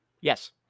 Yes